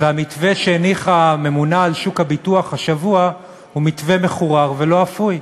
והמתווה שהניחה הממונה על שוק הביטוח השבוע הוא מתווה מחורר ולא אפוי.